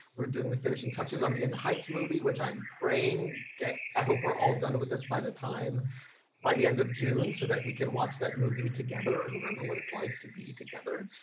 we're doing the finishing touches on the in the heights movie, which i'm praying i hope we're all done with this by the time by the end of june so that we can watch that movie together and remember what it's like to be together.